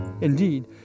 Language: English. Indeed